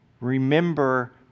remember